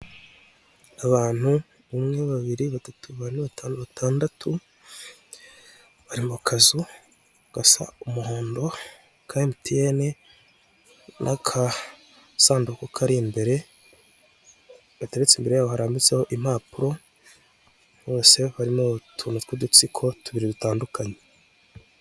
Abantu umwe, babiri, batatu, bane, batanu, batandatu, bari mu kazu gasa umuhondo ka emutiyene n'akasanduku kari imbere, gateretse imbere ya bo harambitseho impapuro bose harimo utuntu tw'udutsiko tubiri dutandukanye.